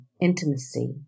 intimacy